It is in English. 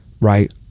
Right